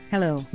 Hello